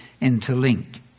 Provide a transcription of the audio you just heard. interlinked